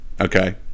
Okay